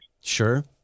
Sure